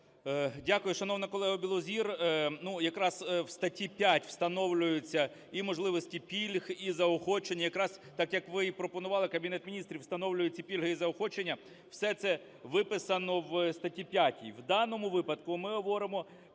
Дякую, шановна колего Білозір. Ну, якраз в статті 5 встановлюються і можливості пільг, і заохочення, якраз так як ви і пропонували, Кабінет Міністрів встановлює ці пільги і заохочення. Все це виписано в статті 5. В даному випадку ми говоримо